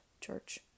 church